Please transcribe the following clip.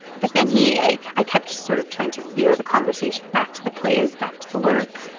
but then he i i kept sort of trying to veer the conversation back to the plays, back to the work,